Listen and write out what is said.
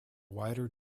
wider